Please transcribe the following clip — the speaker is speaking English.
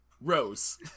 rose